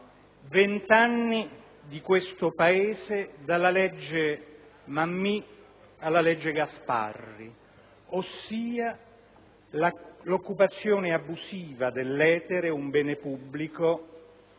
vent'anni di questo Paese dalla legge Mammì alla legge Gasparri, ossia l'occupazione abusiva dell'etere, un bene pubblico,